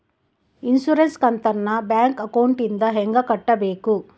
Insurance ಕಂತನ್ನ bank ಅಕೌಂಟಿಂದ ಹೆಂಗ ಕಟ್ಟಬೇಕು?